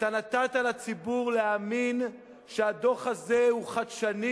אתה נתת לציבור להאמין שהדוח הזה הוא חדשני,